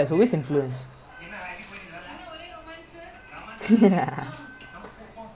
I mean I remember one point of time last year we scared that kishore was drinking lah damn sad err with this hasha lah